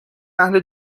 اهل